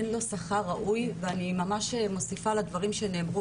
אין לו שכר ראוי ואני ממש מוסיפה לדברים שנאמרו